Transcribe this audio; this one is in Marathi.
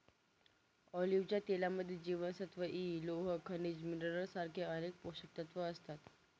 ऑलिव्हच्या तेलामध्ये जीवनसत्व इ, लोह, खनिज मिनरल सारखे अनेक पोषकतत्व असतात